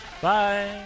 Bye